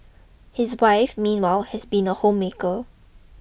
his wife meanwhile has been a home maker